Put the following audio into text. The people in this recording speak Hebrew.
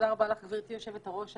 גברתי יושבת הראש.